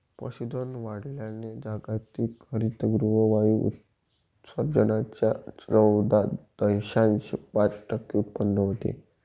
पशुधन वाढवल्याने जागतिक हरितगृह वायू उत्सर्जनाच्या चौदा दशांश पाच टक्के उत्पन्न होते